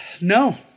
No